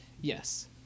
Yes